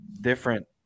different